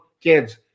kids